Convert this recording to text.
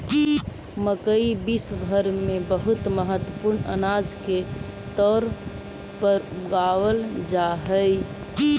मकई विश्व भर में बहुत महत्वपूर्ण अनाज के तौर पर उगावल जा हई